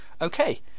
Okay